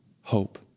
hope